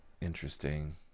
Interesting